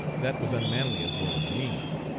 that was unmanly as well as mean.